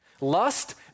Lust